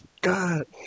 God